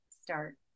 start